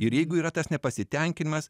ir jeigu yra tas nepasitenkinimas